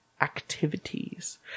activities